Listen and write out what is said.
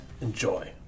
Enjoy